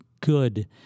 good